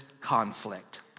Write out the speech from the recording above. conflict